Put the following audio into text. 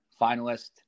finalist